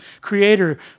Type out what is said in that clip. creator